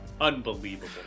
Unbelievable